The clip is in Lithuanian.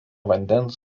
vandens